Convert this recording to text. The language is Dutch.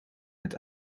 met